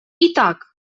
итак